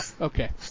Okay